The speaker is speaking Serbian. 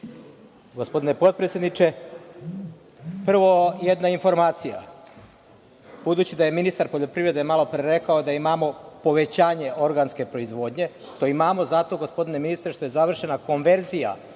Hvala. Gospodine potpredsedniče, prvo jedna informacija. Budući da je ministar poljoprivrede malopre rekao da imamo povećanje organske proizvodnje, to imamo, gospodine ministre, što je završena konverzija